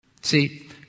See